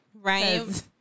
right